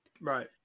Right